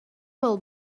will